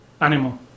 animal